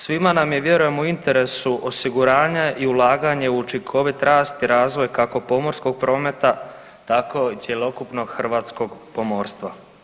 Svima nam je vjerujem u interesu osiguranje i ulaganje u učinkovit rast i razvoj kako pomorskog prometa tako i cjelokupnog hrvatskog pomorstva.